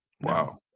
Wow